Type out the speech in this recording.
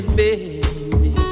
baby